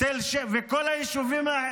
וכל היישובים?